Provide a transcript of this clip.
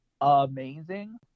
amazing